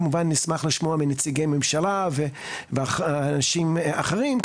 כמובן נשמח לשמוע מנציגי ממשלה ואנשים אחרים,